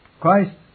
Christ